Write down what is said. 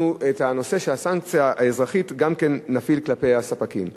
גם את הנושא של הסנקציה האזרחית נפעיל כלפי הספקים.